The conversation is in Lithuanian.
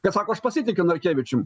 kad sako aš pasitikiu narkevičium